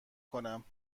کنم